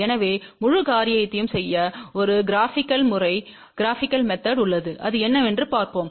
எனவே முழு காரியத்தையும் செய்ய ஒரு க்ராபிகள் முறை உள்ளது அது என்னவென்று பார்ப்போம்